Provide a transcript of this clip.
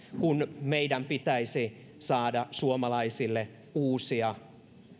kun meidän pitäisi saada suomalaisille uusia